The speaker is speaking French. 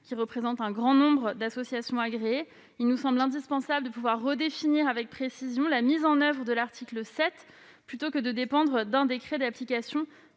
qui sont un grand nombre, il nous semble indispensable de pouvoir redéfinir avec précision la mise en oeuvre de l'article 7 plutôt que de dépendre d'un décret d'application